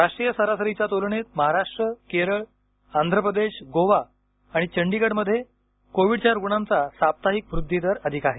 राष्ट्रीय सरासरीच्या तुलनेत महाराष्ट्र केरळ आंध्र प्रदेश गोवा आणि चंडीगढमध्ये कोविडच्या रुग्णांचा साप्ताहिक वृद्धि दर अधिक आहे